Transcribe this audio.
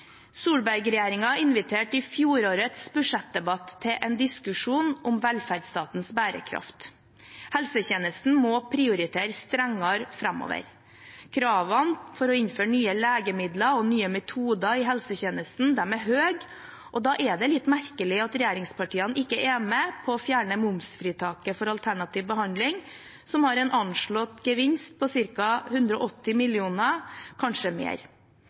inviterte i fjorårets budsjettdebatt til en diskusjon om velferdsstatens bærekraft. Helsetjenesten må prioritere strengere framover. Kravene for å innføre nye legemidler og nye metoder i helsetjenesten er høye, og da er det litt merkelig at regjeringspartiene ikke er med på å fjerne momsfritaket for alternativ behandling, som har en anslått gevinst på ca. 180 mill. kr, kanskje mer.